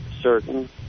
certain